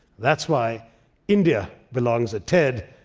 that's why india belongs at ted,